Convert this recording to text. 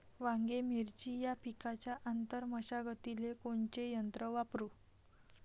वांगे, मिरची या पिकाच्या आंतर मशागतीले कोनचे यंत्र वापरू?